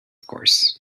course